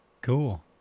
Cool